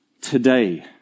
today